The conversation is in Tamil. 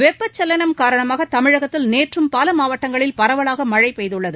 வெப்பசலனம் காரணமாக தமிழகத்தில் நேற்றும் பல மாவட்டங்களில் பரவலாக மழை பெய்துள்ளது